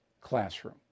classroom